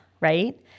right